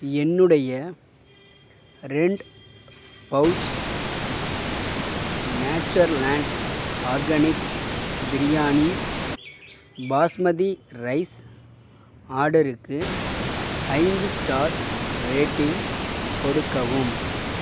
என்னுடைய ரெண்டு pouch Natureland organics biryani basmati rice ஆர்டருக்கு ஐந்து ஸ்டார் ரேட்டிங் கொடுக்கவும்